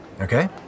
Okay